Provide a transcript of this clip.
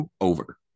over